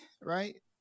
right